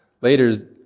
Later